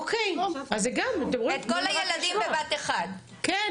אוקיי, זה גם, תנו לי רק תשובות.